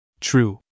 True